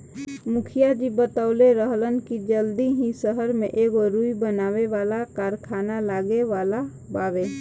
मुखिया जी बतवले रहलन की जल्दी ही सहर में एगो रुई बनावे वाला कारखाना लागे वाला बावे